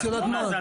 את יודעת מה?